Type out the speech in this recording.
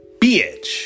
bitch